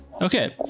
Okay